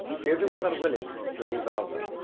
deirdre was unwilling to leave alba,